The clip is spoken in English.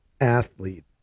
athlete